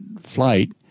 flight